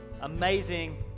amazing